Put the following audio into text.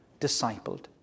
discipled